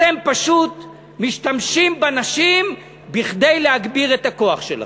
אתם פשוט משתמשים בנשים כדי להגביר את הכוח שלכם.